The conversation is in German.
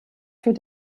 für